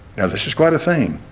now this is quite a thing.